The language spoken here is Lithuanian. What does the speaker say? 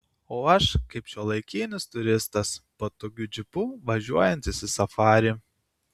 o aš kaip šiuolaikinis turistas patogiu džipu važiuojantis į safarį